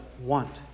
want